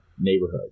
neighborhood